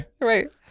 Right